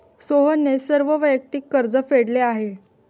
सोहनने सर्व वैयक्तिक कर्ज फेडले आहे